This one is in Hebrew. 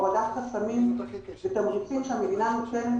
הורדת חסמים ותמריצים שהמדינה נותנת,